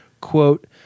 quote